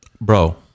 Bro